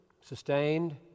sustained